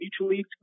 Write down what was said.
mutually